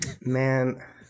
Man